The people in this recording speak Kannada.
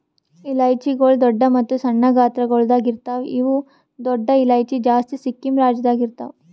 ಇಲೈಚಿಗೊಳ್ ದೊಡ್ಡ ಮತ್ತ ಸಣ್ಣ ಗಾತ್ರಗೊಳ್ದಾಗ್ ಇರ್ತಾವ್ ಮತ್ತ ದೊಡ್ಡ ಇಲೈಚಿ ಜಾಸ್ತಿ ಸಿಕ್ಕಿಂ ರಾಜ್ಯದಾಗ್ ಇರ್ತಾವ್